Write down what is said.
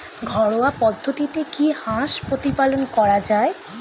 ঘরোয়া পদ্ধতিতে কি হাঁস প্রতিপালন করা যায়?